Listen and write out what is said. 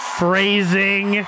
Phrasing